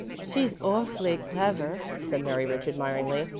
she's awfully clever, said mary rich admiringly.